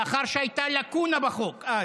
מאחר שהייתה לקונה בחוק אז.